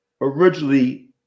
originally